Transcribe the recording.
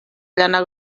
llana